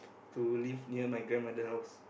to live near my grandmother house